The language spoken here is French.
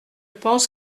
pense